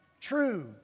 true